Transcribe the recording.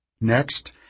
Next